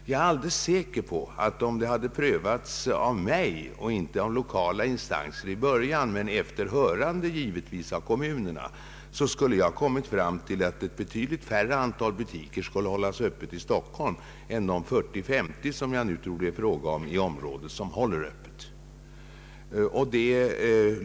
Jag är alldeles säker på att om ärendena hade prövats av mig och inte av lokala instanser i början men givetvis efter hörande av kommunerna, skulle jag ha kommit fram till att ett betydligt mindre antal butiker skulle hållas öppna på särskild tid i Stockholm än de 40—50 som jag nu tror håller öppet i området.